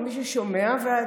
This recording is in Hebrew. למי ששומע.